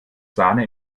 sahne